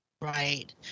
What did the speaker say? Right